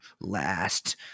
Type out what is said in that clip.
last